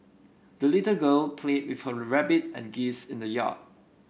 the little girl played with her rabbit and geese in the yard